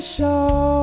Show